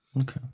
okay